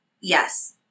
Yes